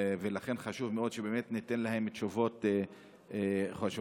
ולכן חשוב מאוד שניתן להם תשובות חשובות.